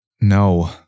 No